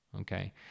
okay